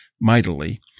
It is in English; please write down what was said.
mightily